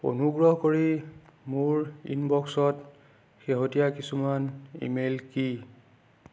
অনুগ্ৰহ কৰি মোৰ ইনবক্সত শেহতীয়া কিছুমান ইমেইল কি